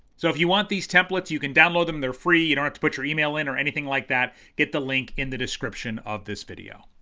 so if you want these templates, you can download them they're free. you don't have to put your email in or anything like that. get the link in the description of this video.